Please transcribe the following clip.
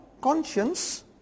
conscience